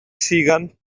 siguen